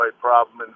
problem